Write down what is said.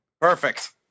Perfect